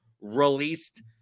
released